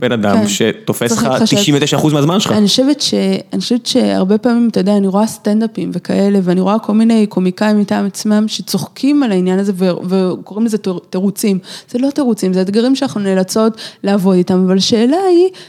בן אדם שתופס לך 99% מהזמן שלך. אני חושבת שהרבה פעמים, אתה יודע, אני רואה סטנדאפים וכאלה, ואני רואה כל מיני קומיקאים מטעם עצמם שצוחקים על העניין הזה, וקוראים לזה תירוצים. זה לא תירוצים, זה אתגרים שאנחנו נאלצות לעבוד איתם, אבל שאלה היא...